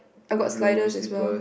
I got sliders as well